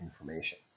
information